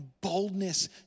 boldness